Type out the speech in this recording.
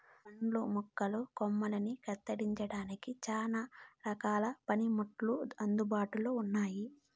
పండ్ల మొక్కల కొమ్మలని కత్తిరించడానికి చానా రకాల పనిముట్లు అందుబాటులో ఉన్నయి